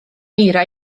eira